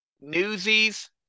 Newsies